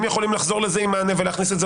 אם יכולים לחזור לזה עם מענה ולהכניס את זה